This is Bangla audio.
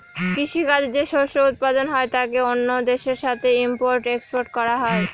কৃষি কাজে যে শস্য উৎপাদন হয় তাকে অন্য দেশের সাথে ইম্পোর্ট এক্সপোর্ট করা হয়